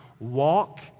Walk